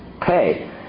pay